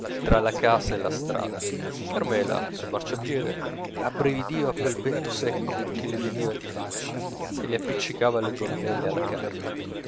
tra la casa e la strada carmela sul marciapiedi rabbridiva pel vento secco che le veniva di faccia e le appiccicava le gonnelle alla carne